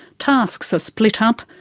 tasks are split up,